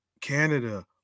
Canada